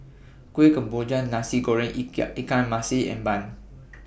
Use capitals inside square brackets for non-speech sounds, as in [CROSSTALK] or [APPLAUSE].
Kuih Kemboja Nasi Goreng [UNINTELLIGIBLE] Ikan Masin and Bun